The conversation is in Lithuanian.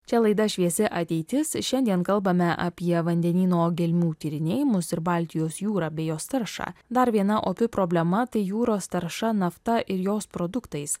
čia laida šviesi ateitis šiandien kalbame apie vandenyno gelmių tyrinėjimus ir baltijos jūrą bei jos taršą dar viena opi problema tai jūros tarša nafta ir jos produktais